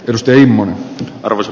torstein moe arvoiset